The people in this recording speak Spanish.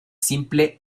simple